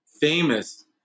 famous